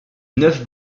neuf